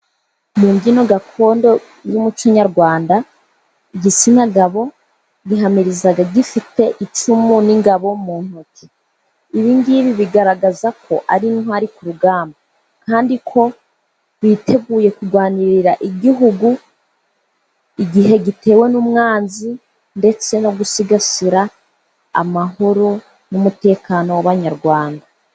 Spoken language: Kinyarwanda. Mu mbyino gakondo y'umuco nyarwanda igitsina gabo gihamiriza gifite icumu n'ingabo mu ntoki, ibingibi bigaragaza ko ari intwari ku rugamba, kandi ko biteguye kurwanirira igihugu igihe gitewe n'umwanzi ndetse no gusigasira amahoro n'umutekano w'abanyarwanda.